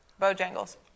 bojangles